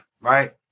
right